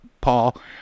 Paul